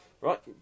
Right